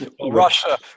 Russia